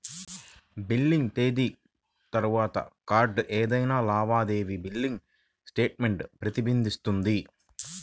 billing తేదీ తర్వాత కార్డ్పై ఏదైనా లావాదేవీ బిల్లింగ్ స్టేట్మెంట్ ప్రతిబింబిస్తుంది